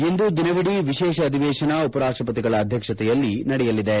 ಇಂದು ದಿನವಿದೀ ವಿಶೇಷ ಅಧಿವೇಶನ ಉಪರಾಷ್ಟ ಪತಿಗಳ ಅಧ್ಯಕ್ಷತೆಯಲ್ಲಿ ನಡೆಯಲಿವೆ